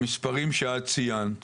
במספרים שאת ציינת